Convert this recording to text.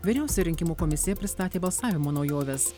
vyriausia rinkimų komisijai pristatė balsavimo naujoves